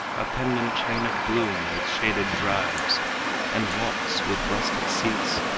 a pendant chain of bloom, with shaded drives and walks, with rustic seats,